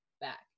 back